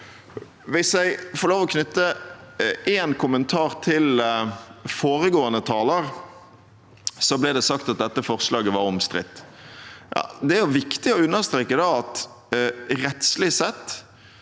Hvis jeg får lov å knytte én kommentar til foregående taler, så ble det sagt at dette forslaget var omstridt. Da er det viktig å understreke at det rettslig sett